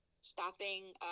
stopping